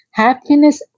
happiness